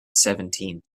seventeen